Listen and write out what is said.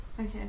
Okay